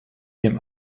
dem